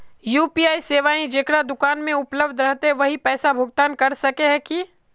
UPI सेवाएं जेकरा दुकान में उपलब्ध रहते वही पैसा भुगतान कर सके है की?